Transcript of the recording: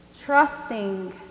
trusting